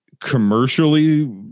commercially